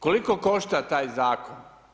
Koliko košta taj zakon?